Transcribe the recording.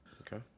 Okay